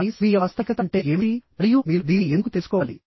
కానీ స్వీయ వాస్తవికత అంటే ఏమిటి మరియు మీరు దీన్ని ఎందుకు తెలుసుకోవాలి